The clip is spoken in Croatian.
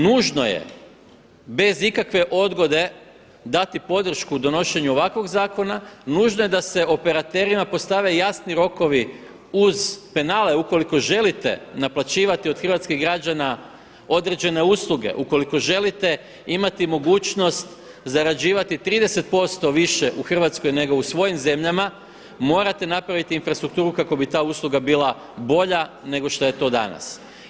Nužno je bez ikakve odgode dati podršku donošenju ovakvog zakona, nužno je da se operaterima postave jasni rokovi uz penale ukoliko želite naplaćivati od hrvatskih građana određene usluge, ukoliko želite imati mogućnost zarađivati 30% više u Hrvatskoj nego u svojim zemljama morate napraviti infrastrukturu kako bi ta usluga bila bolja nego što je to danas.